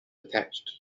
attached